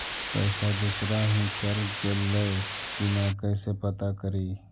पैसा दुसरा ही चल गेलै की न कैसे पता करि?